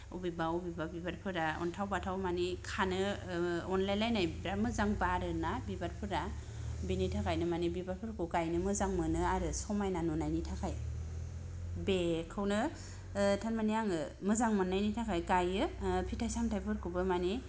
अबेबा अबेबा बिबारफोरा अन्थाव बाथाव माने खानो अनलायलायनाय बिराद मोजां बारो ना बिबारफोरा बिनि थाखायनो माने बिबारफोरखौ गायनो मोजां मोनो आरो समायना नुनायनि थाखाय बेखौनो ओ थारमाने आङो मोजां मोन्नायनि थाखाय गायो ओ फिथाय सामथायफोरखौबो माने